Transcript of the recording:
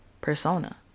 persona